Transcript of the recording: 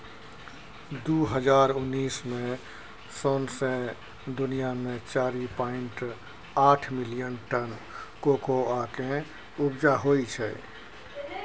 दु हजार उन्नैस मे सौंसे दुनियाँ मे चारि पाइंट आठ मिलियन टन कोकोआ केँ उपजा होइ छै